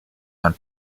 and